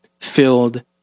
filled